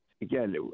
again